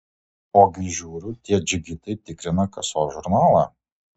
ogi žiūriu tie džigitai tikrina kasos žurnalą